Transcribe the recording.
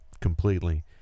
completely